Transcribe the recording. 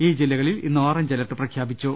ഈ ജില്ല കളിൽ ഇന്ന് ഓറഞ്ച് അലർട്ട് പ്രഖ്യാപിച്ചു